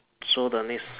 so the lease